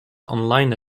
online